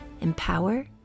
Empower